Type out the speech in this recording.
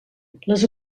les